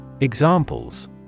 EXAMPLES